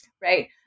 right